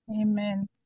Amen